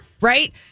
right